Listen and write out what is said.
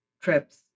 trips